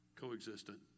co-existent